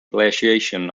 glaciation